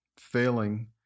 failing